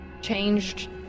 changed